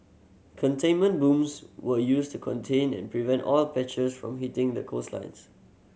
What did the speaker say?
containment booms were used to contain and prevent oil patches from hitting the coastlines